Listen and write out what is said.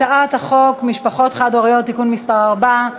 הצעת החוק משפחות חד-הוריות (תיקון מס' 4),